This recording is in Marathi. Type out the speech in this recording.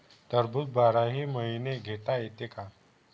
टरबूज बाराही महिने घेता येते का?